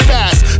Fast